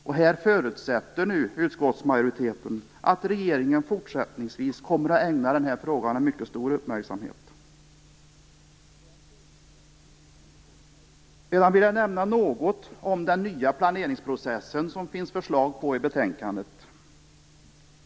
Utskottsmajoriteten förutsätter att regeringen fortsättningsvis kommer att ägna denna fråga en mycket stor uppmärksamhet. Sedan vill jag nämna något om förslaget till den nya planeringsprocessen, som behandlas i betänkandet.